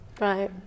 right